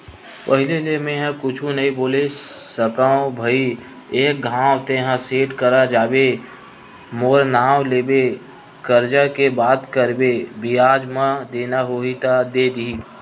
पहिली ले मेंहा कुछु नइ बोले सकव भई एक घांव तेंहा सेठ करा जाबे मोर नांव लेबे करजा के बात करबे बियाज म देना होही त दे दिही